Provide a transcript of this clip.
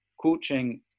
coaching